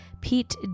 Pete